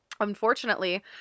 Unfortunately